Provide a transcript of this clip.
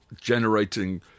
generating